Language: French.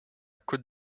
côte